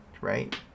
right